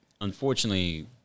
unfortunately